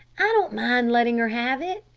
i don't mind letting her have it.